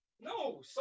No